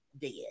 dead